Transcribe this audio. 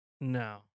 No